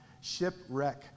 Shipwreck